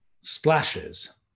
splashes